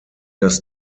das